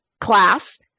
class